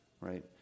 right